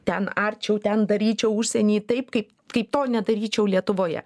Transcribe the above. ten arčiau ten daryčiau užsieny taip kaip kaip to nedaryčiau lietuvoje